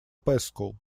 пэскоу